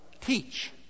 Teach